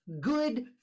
good